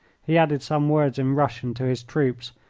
he added some words in russian to his troops,